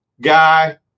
guy